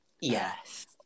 Yes